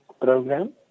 program